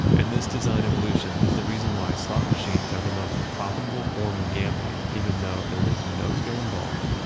and this design evolution is the reason why slot machines are the most profitable form of gambling even though there is no skill involved,